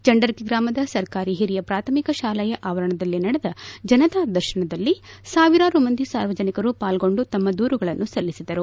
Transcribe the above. ಚಂಡರಕಿ ಗ್ರಾಮದ ಸರ್ಕಾರಿ ಹಿರಿಯ ಪ್ರಾಥಮಿಕ ಶಾಲೆಯ ಆವರಣದಲ್ಲಿ ನಡೆದ ಜನತಾ ದರ್ಶನದಲ್ಲಿ ಸಾವಿರಾರು ಮಂದಿ ಸಾರ್ವಜನಿಕರು ಪಾಲ್ಗೊಂಡು ತಮ್ಮ ದೂರುಗಳನ್ನು ಸಲ್ಲಿಸಿದರು